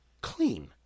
clean